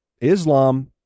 Islam